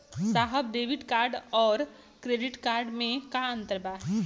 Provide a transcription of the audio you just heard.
साहब debit card और credit card में का अंतर बा?